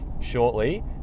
shortly